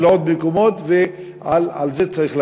ולעוד מקומות, ועל זה צריך להתריע.